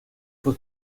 fue